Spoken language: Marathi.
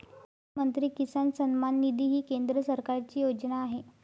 प्रधानमंत्री किसान सन्मान निधी ही केंद्र सरकारची योजना आहे